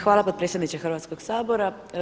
Hvala potpredsjedniče Hrvatskoga sabora.